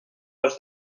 les